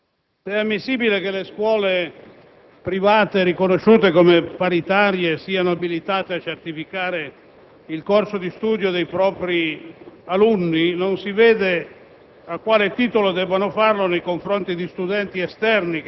Noi proponiamo semplicemente la soppressione delle parole «o paritario», in maniera che l'esame di Stato torni, com'è logico nel caso dei privatisti, a poter essere effettuato soltanto nelle scuole di Stato.